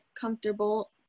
comfortable